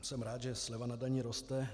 Jsem rád, že sleva na dani roste.